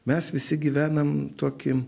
mes visi gyvenam tokį